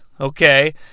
okay